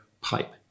pipe